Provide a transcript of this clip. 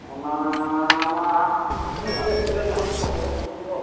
ᱚᱱᱟ ᱢᱟᱦᱟᱜ police case ᱦᱩᱭ ᱞᱮᱱᱠᱷᱟᱱ ᱥᱟᱵᱚᱜᱼᱟ ᱠᱚ ᱩᱱᱠᱩ ᱫᱚ